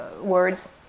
words